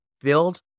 build